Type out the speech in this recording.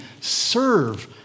serve